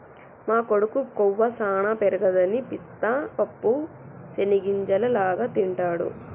మా కొడుకు కొవ్వు సానా పెరగదని పిస్తా పప్పు చేనిగ్గింజల లాగా తింటిడు